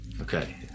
Okay